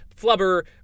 Flubber